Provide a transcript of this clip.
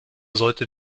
sollte